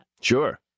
Sure